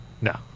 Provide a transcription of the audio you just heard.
No